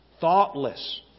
thoughtless